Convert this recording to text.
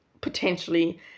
potentially